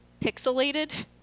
pixelated